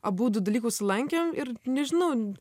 abudu dalykus lankėm ir nežinau